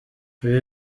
ibi